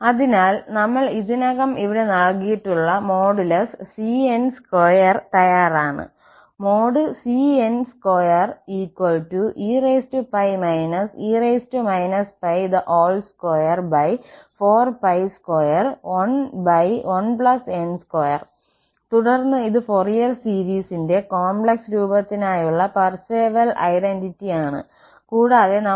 അതിനാൽ നമ്മൾ ഇതിനകം ഇവിടെ നൽകിയിട്ടുള്ള മോഡുലസ് Cn സ്ക്വയർ തയ്യാറാണ് cn2e e π24211n2 തുടർന്ന് ഇത് ഫൊറിയർ സീരീസിന്റെ കോംപ്ലക്സ് രൂപത്തിനായുള്ള പാർസെവൽ ഐഡന്റിറ്റി ആണ് കൂടാതെ നമ്മുടെ ഫങ്ക്ഷൻ ex ആണ്